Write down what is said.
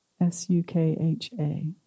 S-U-K-H-A